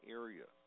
area